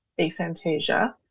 aphantasia